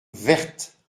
vertes